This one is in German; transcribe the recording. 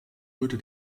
würde